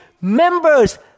members